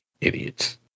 Idiots